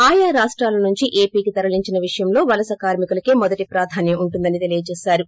ఆయా రాష్టాల నుంచి ఎపీకి తరలించిన విషయంలో వలస కార్మి కులకే మొదటి ప్రాధాన్యం ఉంటుందని తెలీయచేశారు